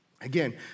Again